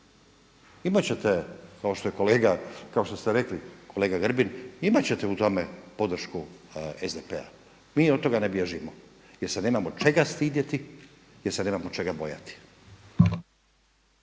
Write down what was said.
kolega, kao što ste rekli kolega Grbin imat ćete u tome podršku SDP-a. Mi od toga ne bježimo jer se nemamo čega stidjeti, jer se nemamo čega bojati.